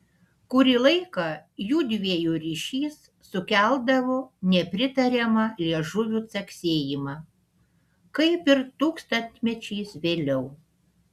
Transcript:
kurį laiką jųdviejų ryšys sukeldavo nepritariamą liežuvių caksėjimą kaip ir tūkstantmečiais vėliau